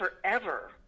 forever